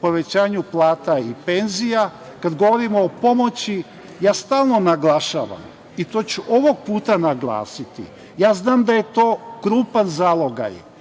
povećanju plata i penzija, kad govorimo o pomoći, ja stalno naglašavam i to ću ovog puta naglasiti, ja znam da je to krupan zalogaj,